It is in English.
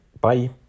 bye